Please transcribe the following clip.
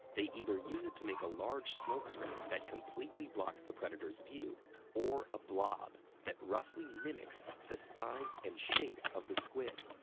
they either use it to make a large smokescreen that completely blocks the predator's view or a blob that roughly mimics the size and shape of the squid.